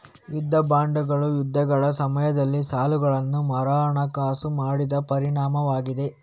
ಯುದ್ಧ ಬಾಂಡುಗಳು ಯುದ್ಧಗಳ ಸಮಯದಲ್ಲಿ ಸಾಲಗಳನ್ನು ಮರುಹಣಕಾಸು ಮಾಡಿದ ಪರಿಣಾಮವಾಗಿದೆ